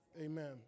amen